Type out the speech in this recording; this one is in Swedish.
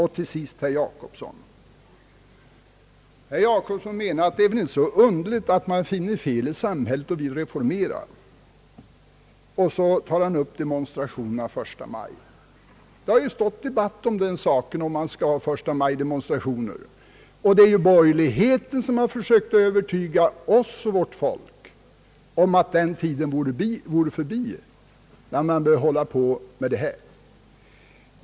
Herr Jacobsson anser att det inte är så underligt att man finner fel i samhället och vill reformera, och så tar han upp demonstrationerna 1 maj. Det har förekommit debatter i frågan huruvida det skall hållas 1 maj-demonstrationer, och borgerligheten har försökt övertyga oss och vårt folk om att den tiden vore förbi, när man behöver hålla på med sådant.